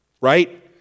right